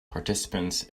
participants